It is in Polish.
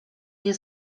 nie